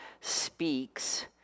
speaks